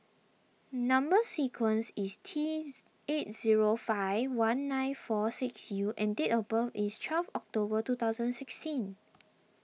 Number Sequence is T eight zero five one nine four six U and date of birth is twelve October two thousand sixteen